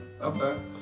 okay